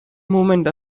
movement